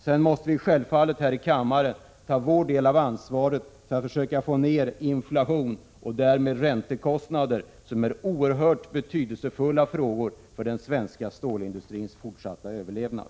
Vi måste självfallet här i kammaren ta vår del av ansvaret för att försöka få ner inflationen och därmed räntekostnaderna, som är oerhört betydelsefulla frågor för den svenska stålindustrins fortsatta överlevnad.